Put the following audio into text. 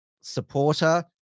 supporter